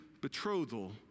betrothal